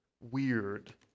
weird